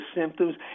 symptoms